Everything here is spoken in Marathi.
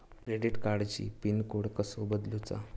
क्रेडिट कार्डची पिन कोड कसो बदलुचा?